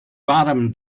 bottom